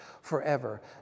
forever